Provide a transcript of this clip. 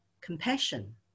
compassion